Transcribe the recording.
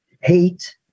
hate